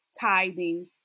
tithing